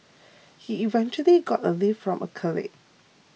he eventually got a lift from a colleague